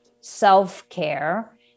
self-care